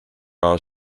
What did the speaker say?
are